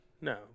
No